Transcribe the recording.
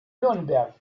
nürnberg